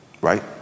right